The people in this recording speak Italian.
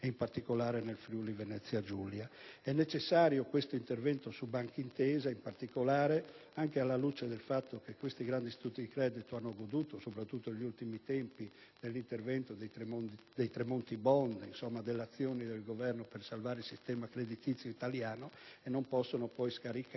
e, in particolare, nel Friuli-Venezia Giulia. Questo intervento, su Banca Intesa, in particolare, è necessario anche alla luce del fatto che questi grandi istituti di credito hanno goduto, soprattutto negli ultimi tempi, dell'intervento dei Tremonti *bond*, in sostanza dell'azione del Governo per salvare il sistema creditizio italiano, e non possono poi scaricare